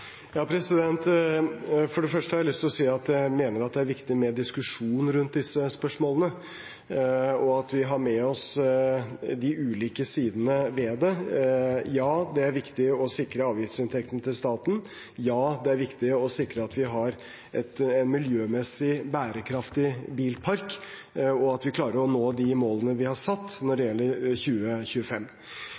For det første har jeg lyst til å si at jeg mener det er viktig med diskusjon rundt disse spørsmålene, og at vi har med oss de ulike sidene ved dette. Ja, det er viktig å sikre avgiftsinntekter til staten. Ja, det er viktig å sikre at vi har en miljømessig bærekraftig bilpark, og at vi klarer å nå de målene vi har satt når det gjelder 2025.